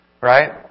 Right